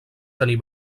tenir